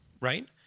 right